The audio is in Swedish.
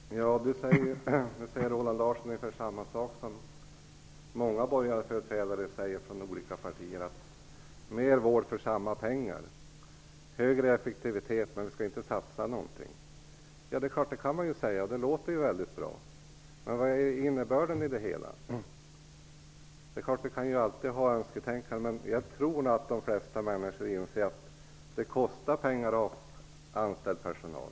Herr talman! Nu säger Roland Larsson ungefär samma sak som många borgarföreträdare från olika partier säger: "Mer vård för samma pengar. Högre effektivitet, men vi skall inte satsa någonting." Ja, det är klart, det kan man ju säga, och det låter väldigt bra. Men vad är innebörden i det hela? Det är klart att vi alltid kan önsketänka, men jag tror att de flesta människor inser att det kostar pengar att ha anställd personal.